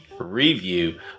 review